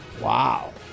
Wow